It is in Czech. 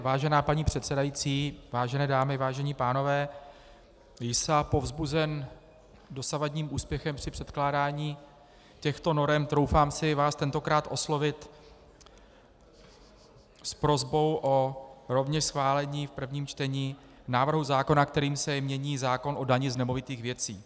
Vážená paní předsedající, vážené dámy, vážení pánové, jsa povzbuzen dosavadním úspěchem při předkládání těchto norem, troufám si vás tentokrát oslovit s prosbou o rovněž schválení v prvním čtení návrhu zákona, kterým se mění zákon o dani z nemovitých věcí.